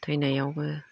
थैनायावबो